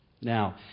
Now